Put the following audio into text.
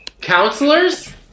counselors